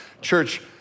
Church